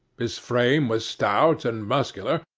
his frame was stout and muscular,